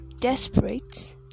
Desperate